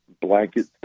blanket